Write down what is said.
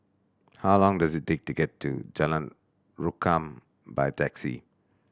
how long does it take to get to Jalan Rukam by taxi